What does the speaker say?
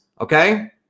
okay